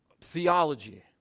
theology